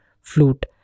flute